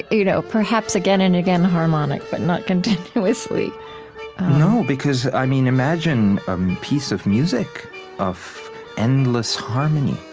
you know perhaps again and again harmonic but not continuously no, because, i mean, imagine a piece of music of endless harmony.